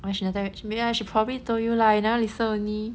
why she never tell you she ya she probably told you lah you never listen only